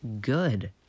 good